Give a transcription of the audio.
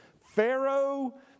Pharaoh